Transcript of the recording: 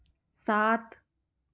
सात